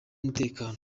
umutekano